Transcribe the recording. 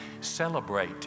celebrate